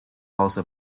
also